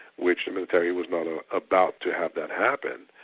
which the military was not ah about to have that happen.